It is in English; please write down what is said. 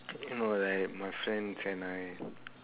no like my friends and I